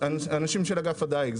אנשים של אגף הדיג.